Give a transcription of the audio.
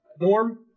Norm